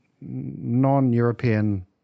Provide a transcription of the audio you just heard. non-European